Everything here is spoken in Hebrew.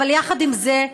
אבל יחד עם זה,